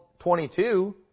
22